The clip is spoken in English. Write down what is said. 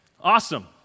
Awesome